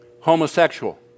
homosexual